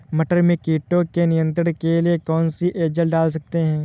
मटर में कीटों के नियंत्रण के लिए कौन सी एजल डाल सकते हैं?